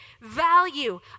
value